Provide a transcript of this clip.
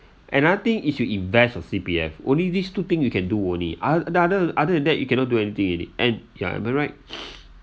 and I think if you invest on C_P_F only these two thing you can do only oth~ other than that you cannot do anything already and ya am I right